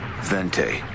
Vente